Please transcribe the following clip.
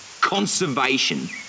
conservation